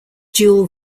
dual